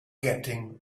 getting